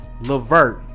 Levert